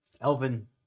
Elvin